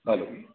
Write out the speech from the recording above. hello